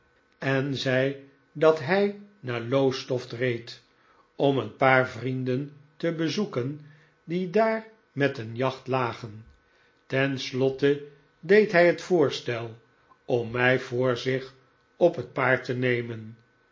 en zei dat hij naar lowestoft reed om een paar vrienden te bezoeken die daar met een jacht lagen ten slotte deed hij het voorstel om mij voor zich op het paard te nemen